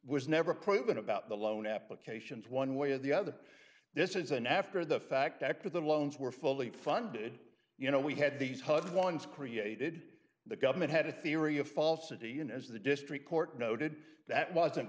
was never proven about the loan applications one way or the other this is an after the fact that the loans were fully funded you know we had these hud ones created the government had a theory of falsity you know as the district court noted that wasn't